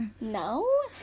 No